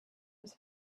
was